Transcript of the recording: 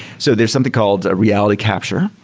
so there's something called reality capture,